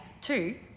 Two